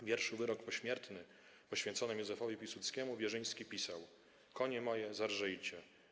W wierszu „Wyrok pośmiertny” poświęcony Józefowi Piłsudskiemu Wierzyński pisał: „Konie moje, zarżyjcie!